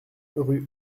rue